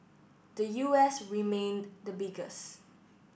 the U S remained the biggest